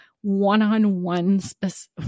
one-on-ones